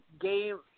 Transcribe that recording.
game